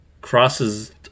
crosses